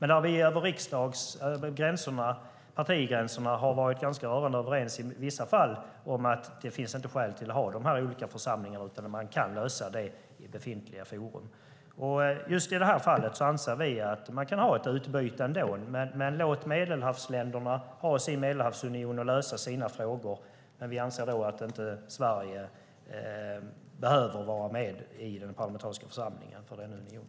När det gäller riksdagen har vi i vissa fall varit ganska rörande överens över partigränserna om att det inte finns skäl att ha de här olika församlingarna, utan man kan lösa det i befintliga forum. Just i det här fallet anser vi att man kan ha ett utbyte ändå, men låt Medelhavsländerna ha sin Medelhavsunion och lösa sina frågor. Vi anser inte att Sverige behöver vara med i den parlamentariska församlingen för denna union.